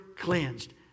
cleansed